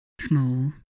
small